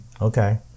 Okay